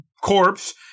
corpse